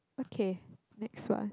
okay next one